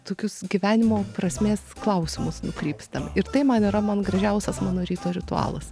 į tokius gyvenimo prasmės klausimus nukrypstam ir tai man yra man gražiausias mano ryto ritualas